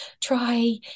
try